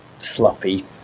sloppy